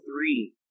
three